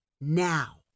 Now